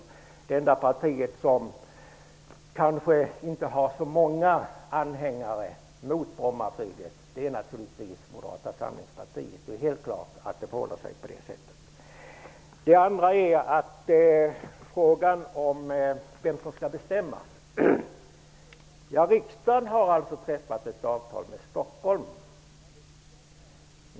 Det enda parti som inte har så många anhängare mot Brommaflyget är naturligtvis Frågan är vidare vilka som skall bestämma. Riksdagen har träffat ett avtal med Stockholm.